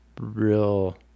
real